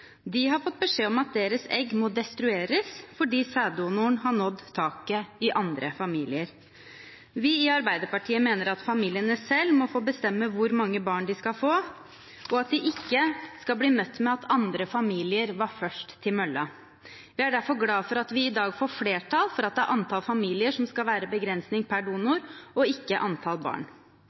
De har fått beskjed om at deres egg må destrueres fordi sæddonoren har nådd taket i andre familier. Vi i Arbeiderpartiet mener at familiene selv må få bestemme hvor mange barn de skal få, og at de ikke skal bli møtt med at andre familier var først til mølla. Vi er derfor glad for at vi i dag får flertall for at det er antall familier som skal være begrensning per donor, og ikke antall barn.